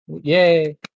yay